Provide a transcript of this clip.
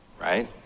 right